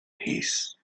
peace